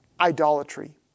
idolatry